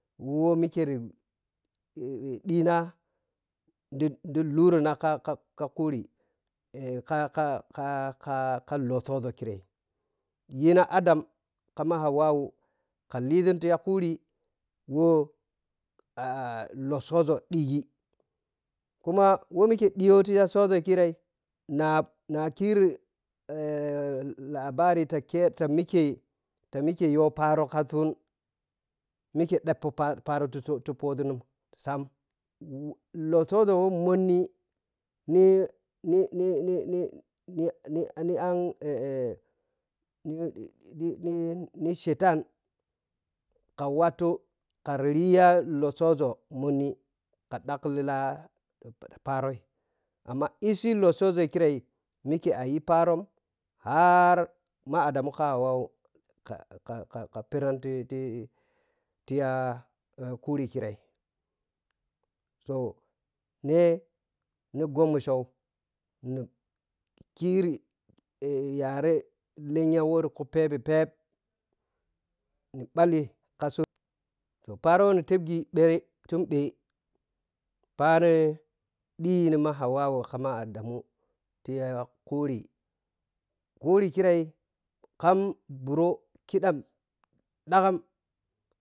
Who mikeri ɗhina ɗiɗi turinaka-ka-ka khuri ɗka-ka katka-ka ltosooȝo kirei yina ndam kama hauwawu ka liȝun ziya khuri woh lotsooȝo ɗhighi kumu wo mikye ɗhi yo ti ya tsooȝo kirei na ma kiri labari ta ke ta mikyetamiyee ya pharo kasin mikyeɗheppoh pharo ti tiphoȝinun sam lotsooȝo wo mhonni wo ni ni ni ni ni ni ag shedan ka wattu kariya lotsooȝo mhomi ka ɗhaghkli ya pharoi amma itsi lotsooȝo kirei mike ayigi pharom har ma adamu ka hauwawu ka-kaka pareron titi ti ya ya kurikirei to neh ni gho musho ni kiri yare lenya wɔri ku phepeh phep ni bali ka sun toh pharoni tebghi ɓhe ni tun ɓhe phani ɗhinima hauwawu kama adamu tiya kuhri khuri kirei kam buro kiɗam ɗhggham,